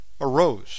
arose